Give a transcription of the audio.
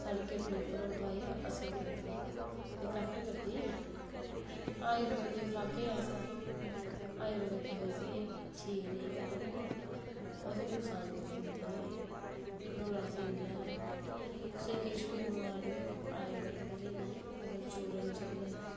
साढ़ी किडनी उप्पर असर करदी ओह् दोआई अफैक्ट करदी आयुर्वेदिक खागे अस आयुर्वेदिक असें गी ठीक निं करग ते उस नुकसान बी करना ऐ कुसै गी किश बी बमारी होग आयुर्वेदिक आह्ले अजकल चूरन चले दे